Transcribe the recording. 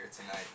tonight